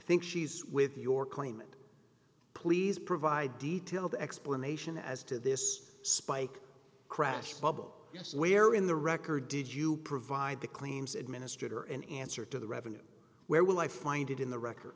think she's with your claim and please provide detailed explanation as to this spike crash baba yes where in the record did you provide the claims administrator an answer to the revenues where will i find it in the record